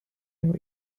and